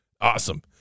Awesome